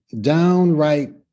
downright